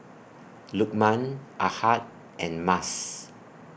Lukman Ahad and Mas